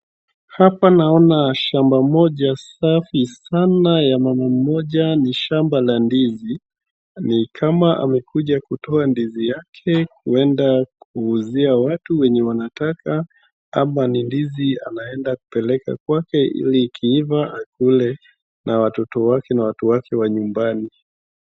Hapa naona shamba moja safi sana ya mama mmoja, ni shamba la ndizi. Ni kama amekuja kutoa ndizi yake kuenda kuuzia watu wenye wanataka, ama ni ndizi anaenda kupeleka kwake ili ikiiva akule na watoto wake na watu wake wa nyumbani.